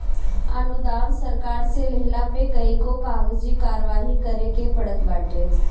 अनुदान सरकार से लेहला पे कईगो कागजी कारवाही करे के पड़त बाटे